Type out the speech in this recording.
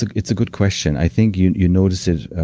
it's a good question. i think you you notice it.